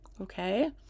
Okay